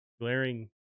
glaring